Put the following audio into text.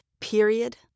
period